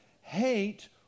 hate